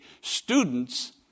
Students